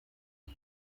iki